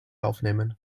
aufnehmen